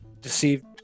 deceived